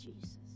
Jesus